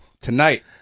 Tonight